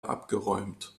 abgeräumt